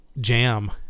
jam